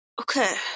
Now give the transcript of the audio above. Okay